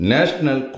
National